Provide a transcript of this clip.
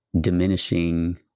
diminishing